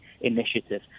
initiative